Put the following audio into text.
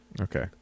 Okay